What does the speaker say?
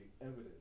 evidence